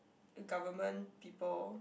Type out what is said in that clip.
the government people